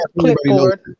clipboard